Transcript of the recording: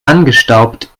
angestaubt